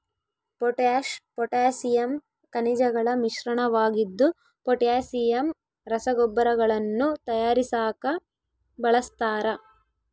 potash potassium ಖನಿಜಗಳ ಮಿಶ್ರಣವಾಗಿದ್ದು potassium ರಸಗೊಬ್ಬರಗಳನ್ನು ತಯಾರಿಸಾಕ ಬಳಸ್ತಾರ